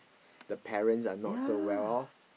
the parents are not so well off